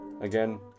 again